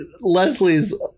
leslie's